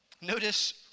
Notice